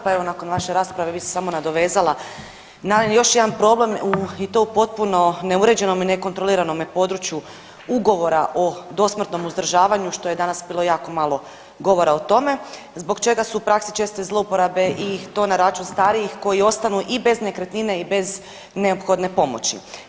Pa evo nakon vaše rasprave bi se samo nadovezala na još jedan problem i to u potpuno neuređenome i nekontroliranome području Ugovora o dosmrtnom uzdržavanju, što je danas bilo jako malo govora o tome zbog čega su u praksi česte zlouporabe i to na račun starijih koji ostanu i bez nekretnine i bez neophodne pomoći.